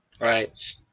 Right